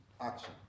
action